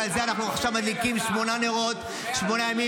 ועל זה אנחנו מדליקים עכשיו שמונה נרות שמונה ימים,